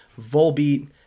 Volbeat